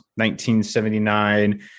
1979